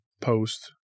post